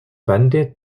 bande